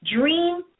Dream